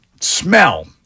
smell